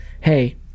Hey